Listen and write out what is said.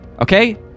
Okay